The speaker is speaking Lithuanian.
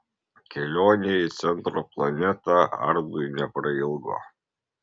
kelionė į centro planetą ardui neprailgo